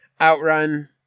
Outrun